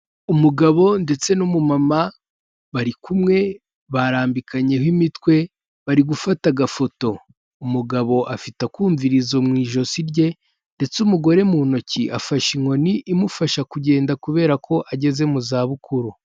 Umugabo ndetse n'umumama bari kumwe barambikanyeho imitwe, bari gufata agafoto, umugabo afite akumvirizo mu ijosi rye ndetse umugore mu ntoki afashe inkoni imufasha kugenda kubera ko ageze mu za bukuru.